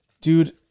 Dude